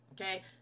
okay